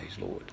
Lord